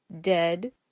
Dead